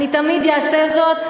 אני תמיד אעשה זאת.